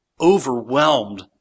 overwhelmed